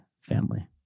family